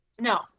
No